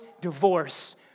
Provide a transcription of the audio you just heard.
divorce